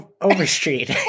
overstreet